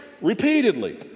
repeatedly